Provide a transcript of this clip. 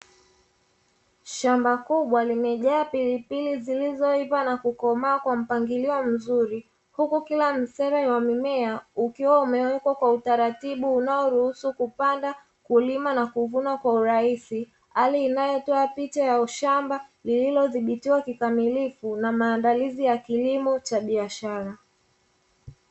Shamba kubwa limejaa pilipili zilizoiva na kukomaa kwa mpangilio mzuri huku kila mche wa mimea ukiwa umewekwa kwa utaratibu unaoruhusu kupanda, kulima na kuvuna kwa urahisi hali inayotoa picha ya shamba lililodhibitiwa kikamilifu na maandalizi ya kilimo cha biashara.